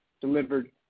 delivered